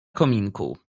kominku